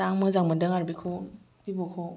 दा मोजां मोनदों आरो बिखौ भिभ' खौ